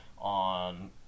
on